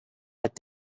but